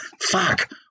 fuck